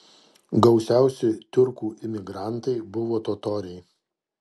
gausiausi tiurkų imigrantai buvo totoriai